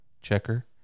checker